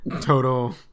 Total